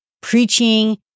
preaching